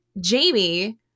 Jamie